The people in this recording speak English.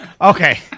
Okay